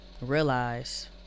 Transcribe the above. Realize